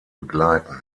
begleiten